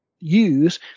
use